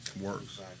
works